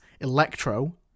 Electro